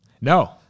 No